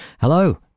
Hello